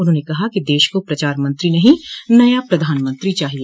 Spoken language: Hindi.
उन्होंने कहा कि देश को प्रचार मंत्री नहीं नया प्रधानमंत्री चाहिए